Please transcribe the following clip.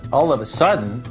all of a sudden,